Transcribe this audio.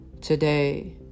Today